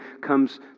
comes